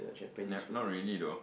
ne~ not really though